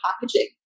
packaging